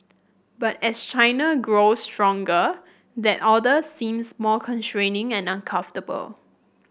but as China grows stronger that order seems more constraining and uncomfortable